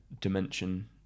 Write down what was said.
dimension